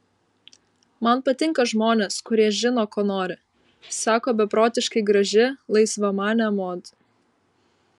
man patinka žmonės kurie žino ko nori sako beprotiškai graži laisvamanė mod